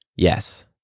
Yes